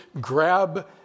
grab